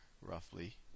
roughly